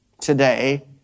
today